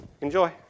Enjoy